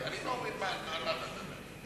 באמת, אני לא מבין על מה אתה מדבר.